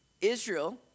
Israel